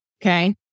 okay